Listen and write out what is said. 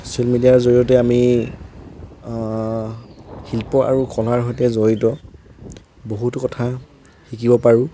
social মিডিয়াৰ জৰিয়তে আমি শিল্প আৰু কলাৰ সৈতে জড়িত বহুতো কথা শিকিব পাৰোঁ